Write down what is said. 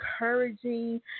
encouraging